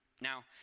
Now